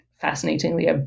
fascinatingly